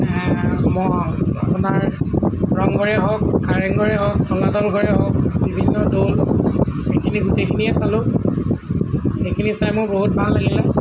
ম আপোনাৰ ৰংঘৰেই হওক কাৰেংঘৰেই হওক তলাতল ঘৰেই হওক বিভিন্ন দৌল এইখিনি গোটেইখিনিয়ে চালোঁ এইখিনি চাই মোৰ বহুত ভাল লাগিলে